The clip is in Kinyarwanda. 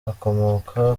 akomoka